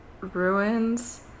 ruins